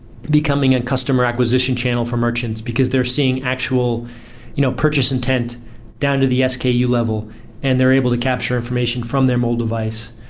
becoming a customer acquisition channel for merchants, because they're seeing actual you know purchase intent down to the yeah sku level and they're able to capture information from their mobile device.